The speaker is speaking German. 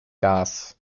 gas